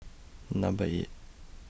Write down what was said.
Number eight